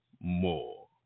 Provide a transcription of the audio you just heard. more